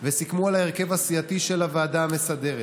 וסיכמו על ההרכב הסיעתי של הוועדה המסדרת.